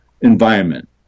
environment